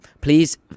please